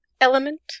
element